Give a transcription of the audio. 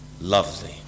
lovely